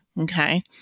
Okay